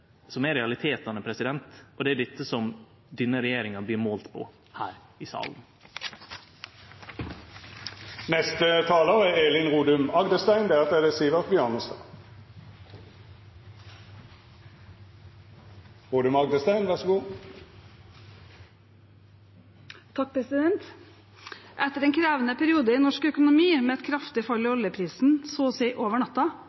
som er realitetane, og det er dette som denne regjeringa blir målt på her i salen. Etter en krevende periode i norsk økonomi og med et kraftig fall i